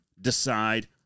decide